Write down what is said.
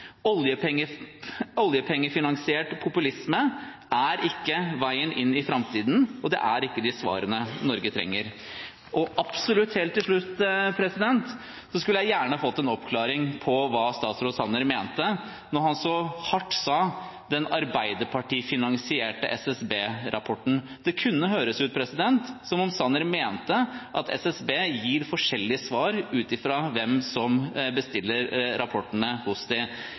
Oljepengefinansiert populisme er ikke veien inn i framtiden, og det er ikke de svarene Norge trenger. Absolutt helt til slutt: Jeg skulle gjerne ha fått en oppklaring på hva statsråd Sanner mente når han så hardt sa «den Arbeiderparti-betalte» SSB-rapporten. Det kunne høres ut som om Sanner mente at SSB gir forskjellige svar ut fra hvem som bestiller rapportene hos dem. Det